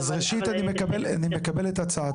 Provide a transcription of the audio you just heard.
אוקיי, אז ראשית, אני מקבל את הצעתך,